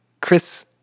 Chris